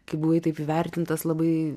kai buvai taip įvertintas labai